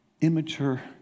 immature